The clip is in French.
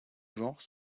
genre